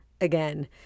again